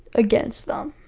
against them.